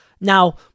Now